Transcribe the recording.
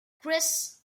chris